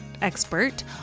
expert